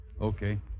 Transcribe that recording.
Okay